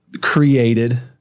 created